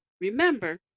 Remember